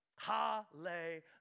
Hallelujah